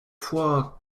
fois